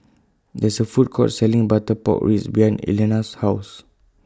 There IS A Food Court Selling Butter Pork Ribs behind Elianna's House